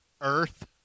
earth